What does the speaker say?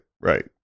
right